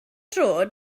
droed